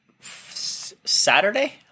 Saturday